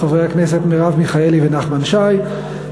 והביטחון: חברי הכנסת מרב מיכאלי ונחמן שי,